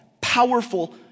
powerful